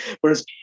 Whereas